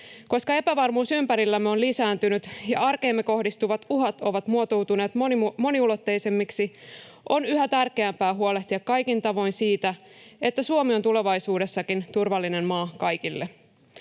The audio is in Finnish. Koska epävarmuus ympärillämme on lisääntynyt ja arkeemme kohdistuvat uhat ovat muotoutuneet moniulotteisemmiksi, on yhä tärkeämpää huolehtia kaikin tavoin siitä, että Suomi on tulevaisuudessakin turvallinen maa kaikille.